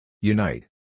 Unite